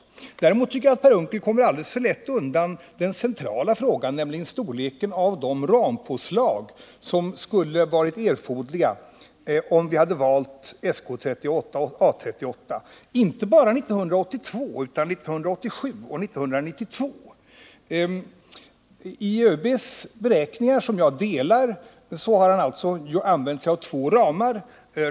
Jag tycker också att Per Unckel kommer alldeles för lätt undan från den centrala frågan, nämligen storleken av de rampåslag som skulle varit erforderliga, om vi hade valt SK 38/A 38, inte bara 1982 utan också 1987 och 1992. I ÖB:s beräkningar, som jag ställer mig bakom, har använts två ramar.